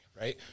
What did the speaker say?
Right